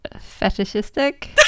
fetishistic